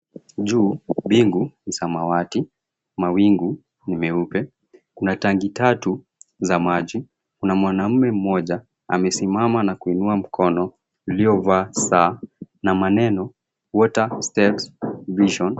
Juu, mbingu ni samawati, mawingu ni meupe, kuna tangi tatu za maji. Kuna mwanaume mmoja amesimama na kuinua mkono uliovaa saa na maneno Water Steps Vision.